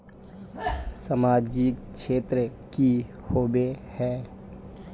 सामाजिक क्षेत्र की होबे है?